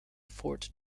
fort